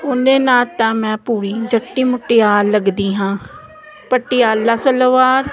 ਉਹਨੇ ਨਾਲ ਤਾਂ ਮੈਂ ਪੂਰੀ ਜੱਟੀ ਮੁਟਿਆਰ ਲੱਗਦੀ ਹਾਂ ਪਟਿਆਲਾ ਸਲਵਾਰ